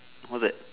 what's that